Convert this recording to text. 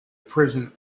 prison